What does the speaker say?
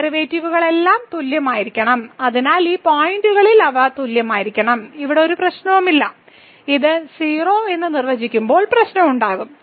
ഈ ഡെറിവേറ്റീവുകളെല്ലാം തുല്യമായിരിക്കണം അതിനാൽ ഈ പോയിന്റുകളിൽ അവ തുല്യമായിരിക്കണം ഇവിടെ ഒരു പ്രശ്നവുമില്ല ഇത് 0 എന്ന് നിർവചിക്കുമ്പോൾ പ്രശ്നം ഉണ്ടാകും